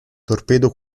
torpedo